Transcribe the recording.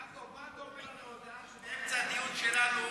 יעקב, מה אתה אומר על ההודעה, שבאמצע הדיון שלנו